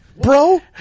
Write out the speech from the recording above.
Bro